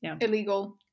illegal